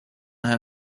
her